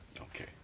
Okay